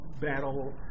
battle